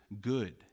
good